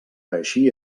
així